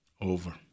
Over